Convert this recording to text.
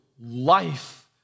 life